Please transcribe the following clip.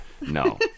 No